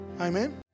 Amen